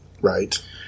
Right